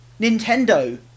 Nintendo